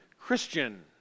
Christian